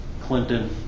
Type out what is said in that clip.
Clinton